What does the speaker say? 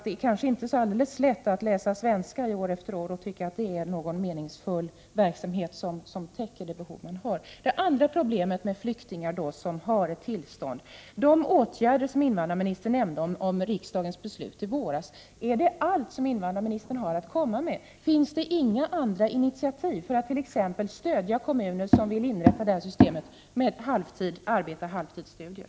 Det kanske inte är alldeles lätt att läsa svenska år efter år och tycka att det är en meningsfull verksamhet, som täcker de behov man har. Beträffande problemet med flyktingar som har tillstånd: Är de åtgärder som riksdagen beslöt om i våras allt som invandrarministern har att komma med? Finns det inga andra initiativ, t.ex. att stödja kommuner som vill inrätta systemet med halvtidsarbete, halvtidsstudier?